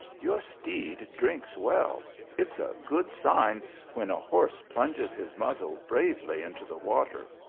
your steed drinks well it s a good sign when a horse plunges his muzzle bravely into the water.